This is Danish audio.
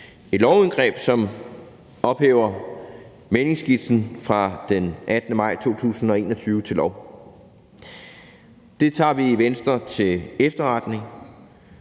et lovindgreb, som ophæver mæglingsskitsen fra den 18. maj 2021 til lov. Det tager vi i Venstre til efterretning,